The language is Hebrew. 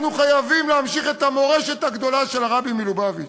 אנחנו חייבים להמשיך את המורשת הגדולה של הרבי מלובביץ'.